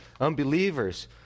unbelievers